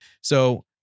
So-